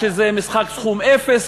שזה משחק סכום אפס,